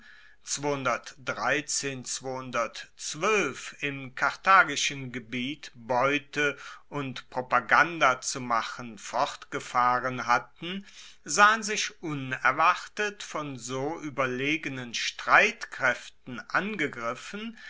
im karthagischen gebiet beute und propaganda zu machen fortgefahren hatten sahen sich unerwartet von so ueberlegenen streitkraeften angegriffen